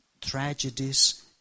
tragedies